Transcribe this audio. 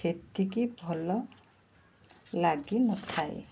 ସେତିକି ଭଲ ଲାଗିନଥାଏ